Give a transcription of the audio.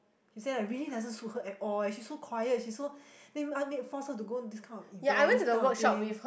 she said like really doesn't suit her at all eh she so quiet she so then make me force her to go this kind of event this type of thing